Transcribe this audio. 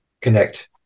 connect